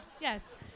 yes